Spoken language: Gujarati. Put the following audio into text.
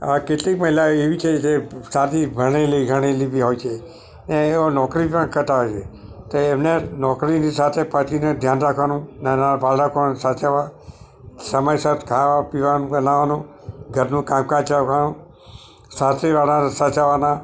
કેટલીક મહિલાઓ એવી છે જે સાદી ભણેલી ગણેલી બી હોય છે અને નોકરી પણ કરતા હોય છે તો એમણે નોકરીની સાથે પતિનું ધ્યાન રાખવાનું નાના બાળકોને સાચવવા સમયસર ખાવા પીવાનું બનાવવાનું ઘરનું કામ કાજ અને સાસરીવાળાને સાચવવા